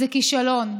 זה כישלון.